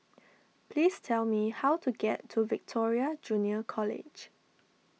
please tell me how to get to Victoria Junior College